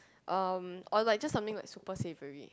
um or like just something like super savory